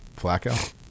Flacco